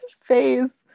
face